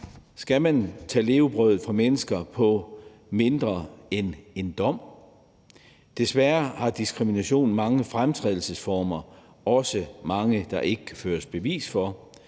Skal man tage levebrødet fra mennesker for mindre end en dom? Diskrimination har desværre mange fremtrædelsesformer og også mange, der ikke kan føres bevis for.